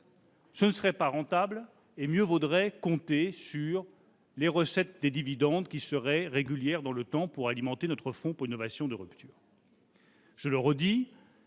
ne serait pas rentable, mieux vaudrait compter sur les recettes des dividendes, qui seraient régulières dans le temps, pour alimenter notre fonds pour l'innovation de rupture.